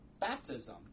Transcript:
baptism